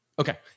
Okay